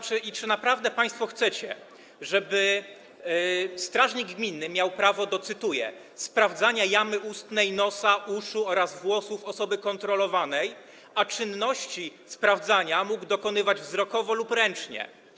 Czy naprawdę państwo chcecie, żeby strażnik gminny miał prawo do, cytuję: sprawdzania jamy ustnej, nosa, uszu oraz włosów osoby kontrolowanej, a czynności sprawdzania mógł dokonywać wzrokowo lub ręcznie?